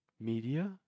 media